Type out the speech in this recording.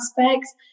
aspects